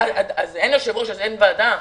אם אין יושב ראש, אין ועדה?